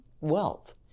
wealth